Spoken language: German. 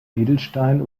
edelsteinen